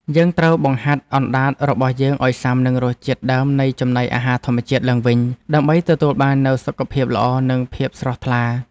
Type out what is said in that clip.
យើងត្រូវបង្ហាត់អណ្តាតរបស់យើងឲ្យស៊ាំនឹងរសជាតិដើមនៃចំណីអាហារធម្មជាតិឡើងវិញ ដើម្បីទទួលបាននូវសុខភាពល្អនិងភាពស្រស់ថ្លា។